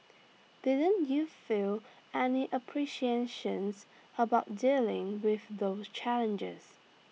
didn't you feel any appreciations about dealing with those challenges